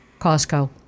Costco